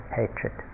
hatred